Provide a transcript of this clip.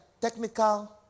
technical